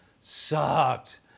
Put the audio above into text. sucked